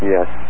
Yes